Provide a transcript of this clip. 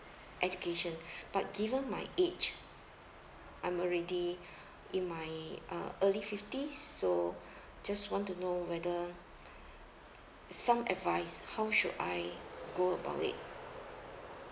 education but given my age I'm already in my uh early fifties so just want to know whether some advice how should I go about it